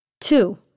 Two